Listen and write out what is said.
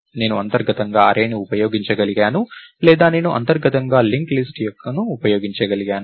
నేను అంతర్గతంగా అర్రేని ఉపయోగించగలిగాను లేదా నేను అంతర్గతంగా లింక్ లిస్ట్ ను ఉపయోగించగలను